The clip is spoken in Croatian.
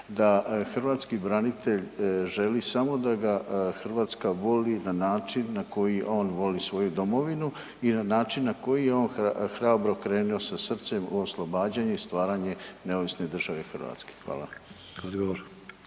da hrvatski branitelj želi da ga Hrvatska voli na način na koji on voli svoju domovinu i na način na koji je on hrabro krenuo sa srcem u oslobađanje i stvaranje neovisne države Hrvatske. Hvala.